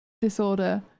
disorder